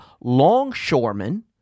longshoremen